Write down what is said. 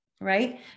Right